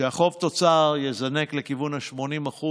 כשהחוב תוצר יזנק לכיוון ה-80%,